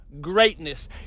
greatness